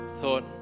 thought